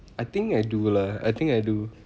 I think I do lah I think I do